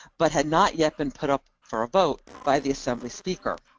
but had not yet been put up for a vote by the assembly speaker.